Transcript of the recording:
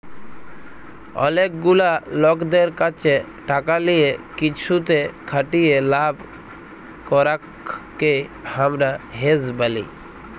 অলেক গুলা লকদের ক্যাছে টাকা লিয়ে কিসুতে খাটিয়ে লাভ করাককে হামরা হেজ ব্যলি